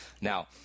Now